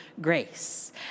grace